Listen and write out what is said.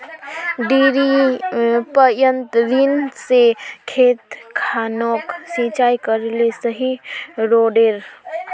डिरिपयंऋ से खेत खानोक सिंचाई करले सही रोडेर?